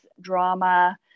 drama